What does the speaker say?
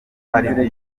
hari